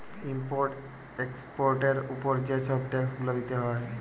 import এক্সপর্টের উপরে যে ছব ট্যাক্স গুলা দিতে হ্যয়